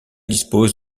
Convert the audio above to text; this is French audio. dispose